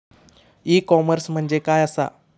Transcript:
E commerce म्हणजे काय असा?